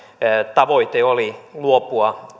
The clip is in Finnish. tavoite oli luopua